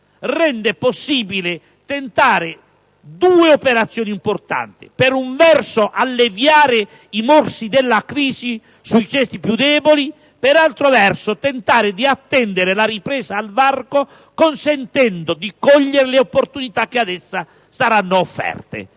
rende possibile tentare due operazioni importanti: in primo luogo, alleviare i morsi della crisi sui ceti più deboli e, in secondo luogo, tentare di attendere la ripresa al varco, consentendo di cogliere le opportunità che da essa saranno offerte.